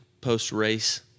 post-race